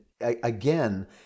again